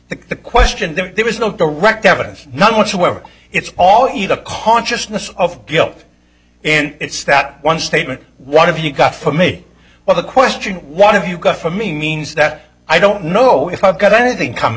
the question there was no direct evidence none whatsoever it's all either consciousness of guilt and it's that one statement what have you got for me well the question what have you got for me means that i don't know if i've got anything coming